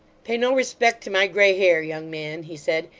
pay no respect to my grey hair, young man he said,